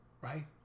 right